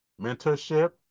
mentorship